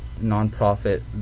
nonprofit